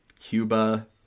Cuba